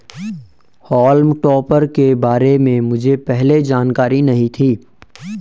हॉल्म topper के बारे में मुझे पहले जानकारी नहीं थी